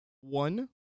one